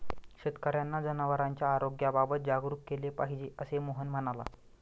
शेतकर्यांना जनावरांच्या आरोग्याबाबत जागरूक केले पाहिजे, असे मोहन म्हणाला